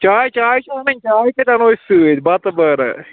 چاے چاے چھو اَنٕنۍ چاے کَتہِ اَنو أسۍ سۭتۍ بَتہٕ وَرٲے